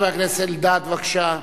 חבר הכנסת אלדד, בבקשה.